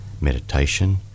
meditation